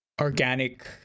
organic